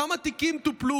כמה תיקים טופלו?